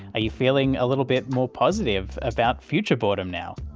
are you feeling a little bit more positive about future boredom now?